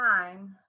time